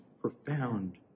profound